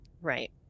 Right